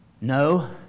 no